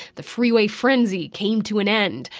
the freeway frenzy came to an end,